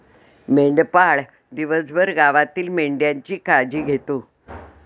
मेंढपाळ दिवसभर गावातील मेंढ्यांची काळजी घेतो